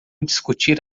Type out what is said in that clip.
discutir